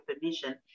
permission